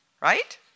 right